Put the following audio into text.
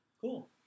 Cool